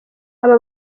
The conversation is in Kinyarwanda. aba